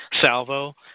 salvo